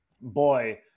boy